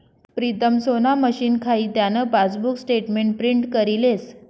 प्रीतम सोना मशीन खाई त्यान पासबुक स्टेटमेंट प्रिंट करी लेस